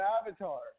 Avatar